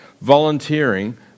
volunteering